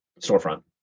storefront